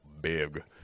big